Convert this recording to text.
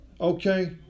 Okay